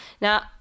Now